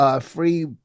free